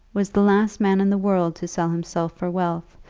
was the last man in the world to sell himself for wealth,